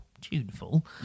tuneful